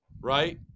right